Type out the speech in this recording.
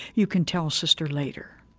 you can tell sister later.